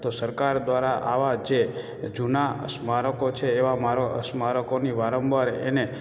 તો સરકાર દ્વારા આવાં જે જૂનાં સ્મારકો છે એવાં મારો સ્મારકોની વારંવાર એને